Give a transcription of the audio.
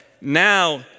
now